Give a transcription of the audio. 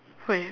!oi!